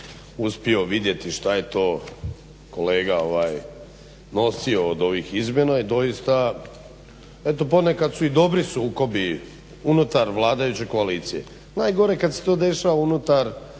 uspio vidjeti šta je to kolega nosio od ovih izmjena i doista eto ponekad su i dobri sukobi unutar vladajuće koalicije. Najgore je kad se to dešava unutar